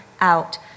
out